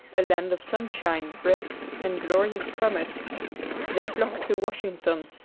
a land of sunshine, rest and glorious promise they flocked to washington,